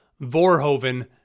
Vorhoven